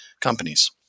companies